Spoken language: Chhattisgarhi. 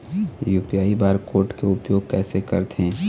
यू.पी.आई बार कोड के उपयोग कैसे करथें?